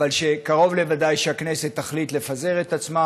שקרוב לוודאי שהכנסת תחליט לפזר את עצמה